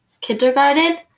kindergarten